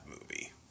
movie